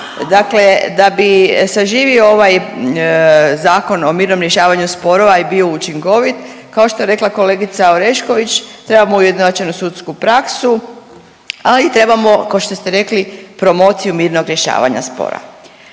dakle da bi saživio ovaj Zakon o mirnom rješavanju sporova i bio učinkovit. Kao što je rekla kolegica Orešković trebamo ujednačenu sudsku praksu, ali i trebamo kao što ste rekli promociju mirnog rješavanja spora.